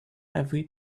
every